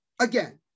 Again